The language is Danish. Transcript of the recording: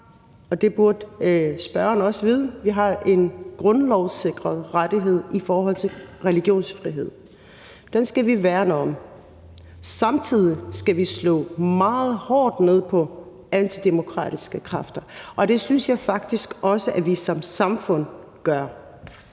ikke har. Vi mener i SF, at alle har en grundlovssikret rettighed i forhold til religionsfrihed – og det burde ordføreren også vide. Den skal vi værne om. Samtidig skal vi slå meget hårdt ned på antidemokratiske kræfter, og det synes jeg faktisk også at vi som samfund gør.